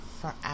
forever